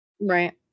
right